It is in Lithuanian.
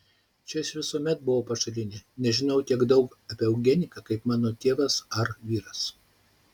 čia aš visuomet buvau pašalinė nežinau tiek daug apie eugeniką kaip mano tėvas ar vyras